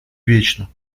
вечно